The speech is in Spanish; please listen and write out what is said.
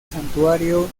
santuario